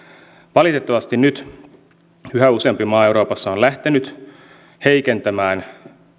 valitettavasti nyt yhä useampi maa euroopassa on lähtenyt heikentämään